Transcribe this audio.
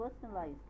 personalized